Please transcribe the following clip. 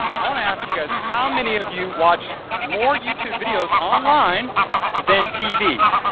i wanna ask you guys, how many of you watch more youtube videos online than tv?